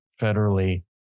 federally